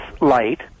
light